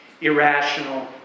Irrational